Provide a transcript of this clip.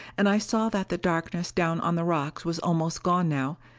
and i saw that the darkness down on the rocks was almost gone now,